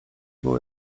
było